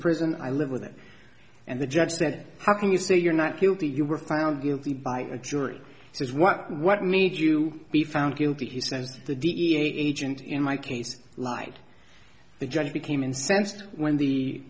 prison i live with it and the judge said how can you say you're not guilty if you were found guilty by a jury so what what made you be found guilty he says the dea agent in my case lied the judge became incensed when the